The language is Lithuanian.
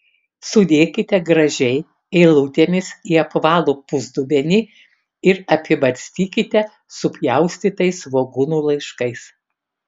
sudėkite gražiai eilutėmis į apvalų pusdubenį ir apibarstykite supjaustytais svogūnų laiškais